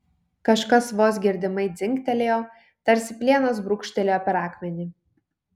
kažkas vos girdimai dzingtelėjo tarsi plienas brūkštelėjo per akmenį